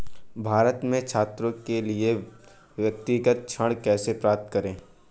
भारत में छात्रों के लिए व्यक्तिगत ऋण कैसे प्राप्त करें?